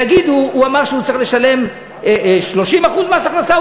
ויגידו: הוא אמר שהוא צריך לשלם 30% מס הכנסה?